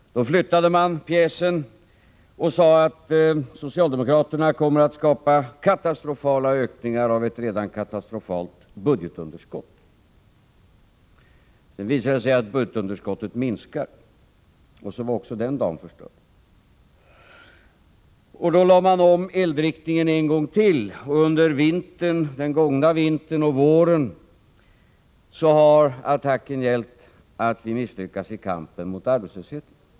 Då flyttade de pjäsen och sade att socialdemokraterna kommer att skapa katastrofala ökningar av ett redan katastrofalt budgetunderskott. Sedan visade det sig att budgetunderskottet minskar, och så var också den dagen förstörd. Då lade de om eldriktningen en gång till. Under den gångna vintern och våren har attacken gällt att vi misslyckats i kampen mot arbetslösheten.